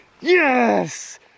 Yes